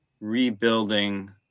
rebuilding